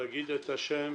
להגיד את השם,